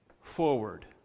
forward